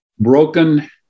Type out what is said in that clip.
Broken